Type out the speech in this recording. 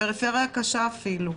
פריפריה קשה אפילו.